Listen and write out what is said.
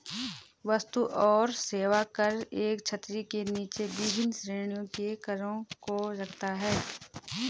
वस्तु और सेवा कर एक छतरी के नीचे विभिन्न श्रेणियों के करों को रखता है